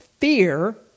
fear